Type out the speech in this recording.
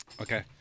Okay